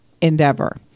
endeavor